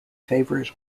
favourite